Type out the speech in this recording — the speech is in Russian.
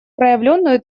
проявленную